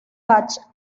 bach